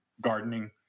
Gardening